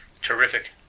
terrific